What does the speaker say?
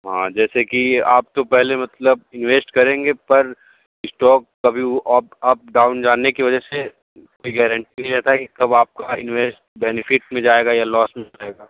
हाँ जैसे कि आप तो पहले मतलब इन्वेस्ट करेंगे पर स्टॉक कभी वो अप डाउन जाने की वजह से कोई गेरेंटी नहीं रहता है कि कब आपका इन्वेस्ट बेनिफिट में जाएगा की लॉस में जाएगा